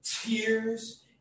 tears